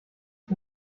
ich